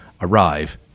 arrive